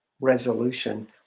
resolution